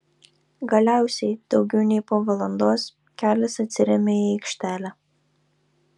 galiausiai daugiau nei po valandos kelias atsiremia į aikštelę